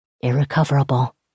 irrecoverable